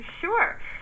Sure